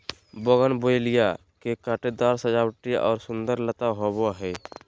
bougainvillea के कांटेदार सजावटी और सुंदर लता होबा हइ